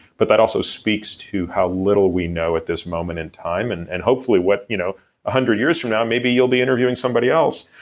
but that also speaks to how little we know at this moment in time, and and hopefully what, one you know hundred years from now, maybe you'll be interviewing somebody else,